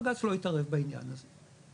בג"ץ לא יתערב בעניין הזה.